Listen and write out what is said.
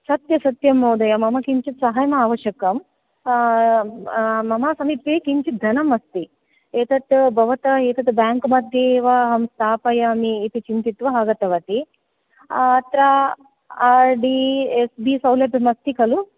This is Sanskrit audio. सत्य सत्यं महोदय मम किञ्चित् सहायं आवश्यकं मम समीपे किञ्चिद्धनम् अस्ति एतत् भवतां बेङ्क् मश्ये एव स्थापयामि इति चिन्तयित्वा आगतवती अत्र आर् डि एफ़् डि सौलभ्यमस्ति खलु